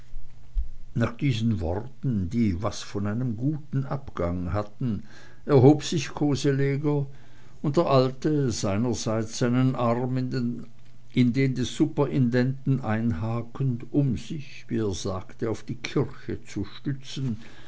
nach diesen worten die was von einem guten abgang hatten erhob sich koseleger und der alte seinerseits seinen arm in den des superintendenten einhakend um sich wie er sagte auf die kirche zu stützen